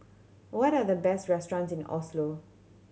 what are the best restaurants in Oslo